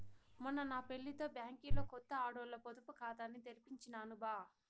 మొన్న నా పెళ్లితో బ్యాంకిలో కొత్త ఆడోల్ల పొదుపు కాతాని తెరిపించినాను బా